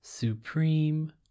Supreme